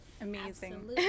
Amazing